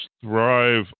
thrive